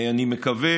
אני קורא